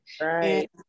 Right